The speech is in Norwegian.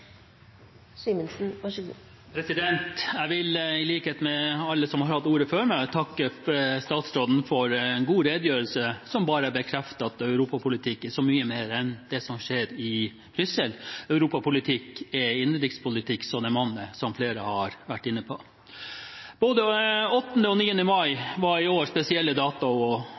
Jeg vil i likhet med alle som har hatt ordet før meg, takke statsråden for en god redegjørelse, som bare bekrefter at europapolitikk er så mye mer enn det som skjer i Brussel. Europapolitikk er innenrikspolitikk så det monner, som flere har vært inne på. Både den 8. mai og den 9. mai